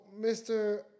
Mr